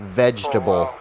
vegetable